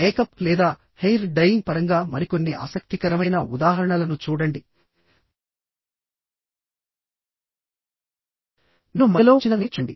makeup లేదా hair dyeing పరంగా మరికొన్ని ఆసక్తికరమైన ఉదాహరణలను చూడండినేను మధ్యలో ఉంచినదాన్ని చూడండి